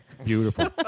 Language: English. beautiful